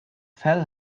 fell